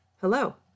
hello